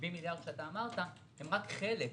ה-70 מיליארד שאתה אמרת הם רק חלק,